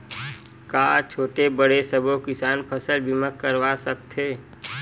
का छोटे बड़े सबो किसान फसल बीमा करवा सकथे?